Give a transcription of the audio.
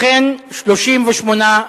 בעד, 38,